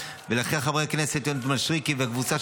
אשר עובדת במשרד מזה כשני עשורים והובילה את המהלך